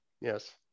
Yes